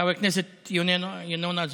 חבר הכנסת ינון אזולאי,